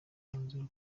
umwanzuro